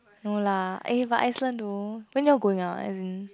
no lah eh but Iceland though when you all going ah as in